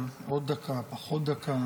גברתי היושבת-ראש, עמיתיי חברי וחברות הכנסת,